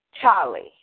Charlie